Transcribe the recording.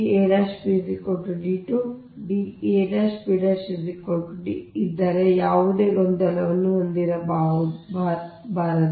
ಅಂದರೆ ನಿಮ್ಮ ಇದ್ದರೆ ಯಾವುದೇ ಗೊಂದಲವನ್ನು ಹೊಂದಿರಬಾರದು ಇದು ಸರಳವಾಗಿದೆ